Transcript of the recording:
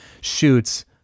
Shoots